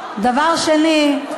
דבר שני,